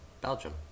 Belgium